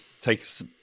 takes